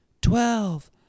twelve